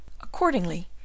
Accordingly